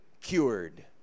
cured